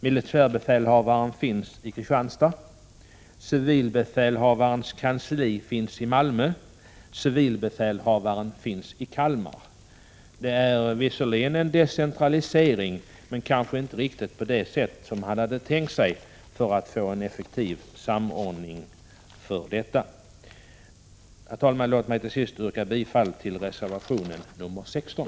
Militärbefälhavaren finns i Kristianstad. Civilbefälhavarens kansli finns i Malmö. Civilbefälhavaren finns i Kalmar. Det är visserligen en decentralisering, men kanske inte riktigt på det sätt som man hade kunnat tänka sig för att få en effektiv samordning av detta. Herr talman! Låt mig till sist yrka bifall till reservation nr 16.